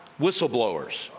whistleblowers